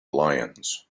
lions